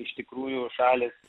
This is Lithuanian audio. iš tikrųjų šalys